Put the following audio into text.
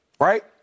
right